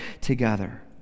together